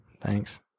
Thanks